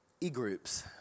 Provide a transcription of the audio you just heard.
e-groups